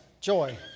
joy